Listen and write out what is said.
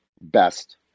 best